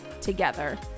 together